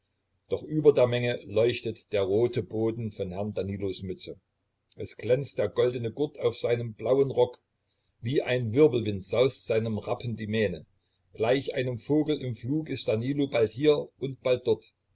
doch über der menge leuchtet der rote boden von herrn danilos mütze es glänzt der goldene gurt auf seinem blauen rock wie ein wirbelwind saust seinem rappen die mähne gleich einem vogel im flug ist danilo bald hier und bald dort